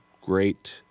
Great